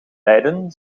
lijden